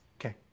Okay